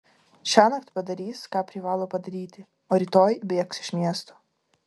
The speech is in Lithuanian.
šiąnakt padarys ką privalo padaryti o rytoj bėgs iš miesto